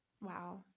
wow